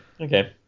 Okay